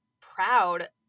proud